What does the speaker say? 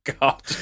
god